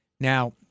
Now